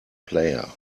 player